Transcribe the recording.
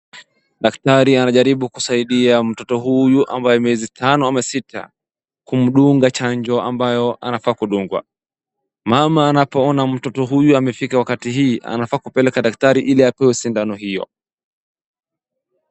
Daktari anajaribu kusaidia mtoto huyu ambaye miezi tano ama sita kumdunga chajo ambayo anafaa kudungwa. Mamaa anapoona mtoto huyu amefika wakati hii anafaa kupelela daktari iliapewe sindano hiyo.